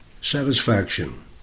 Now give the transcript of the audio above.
Satisfaction